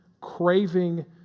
craving